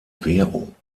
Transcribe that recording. währung